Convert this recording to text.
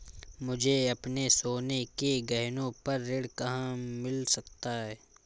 मुझे अपने सोने के गहनों पर ऋण कहाँ मिल सकता है?